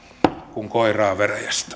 kuin koiraa veräjästä